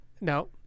No